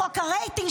בחוק הרייטינג,